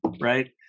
right